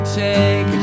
take